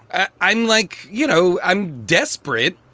i'm i'm like, you know, i'm desperate.